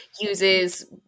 uses